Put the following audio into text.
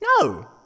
No